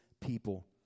people